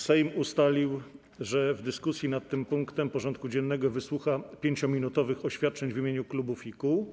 Sejm ustalił, że w dyskusji nad tym punktem porządku dziennego wysłucha 5-minutowych oświadczeń w imieniu klubów i kół.